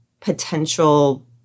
potential